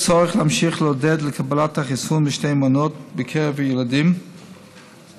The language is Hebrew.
יש צורך להמשיך לעודד את קבלת החיסון בשתי מנות בקרב ילדים בגיל